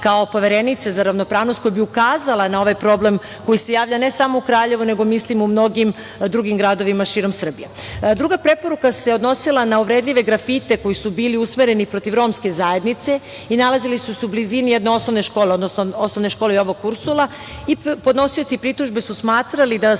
kao Poverenice za ravnopravnost, koja bi ukazala na ovaj problem, ne samo za Kraljevo, nego mislim u mnogim drugim gradovima širom Srbije. Druga preporuka se odnosila na uvredljive grafite koji su bili usmereni protiv romske zajednice i nalazili su se u blizini jedne osnovne škole, odnosno OŠ „Jovo Kursula“. Podnosioci pritužbe su smatrali da